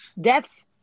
Deaths